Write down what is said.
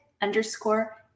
underscore